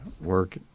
work